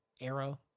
Arrow